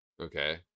Okay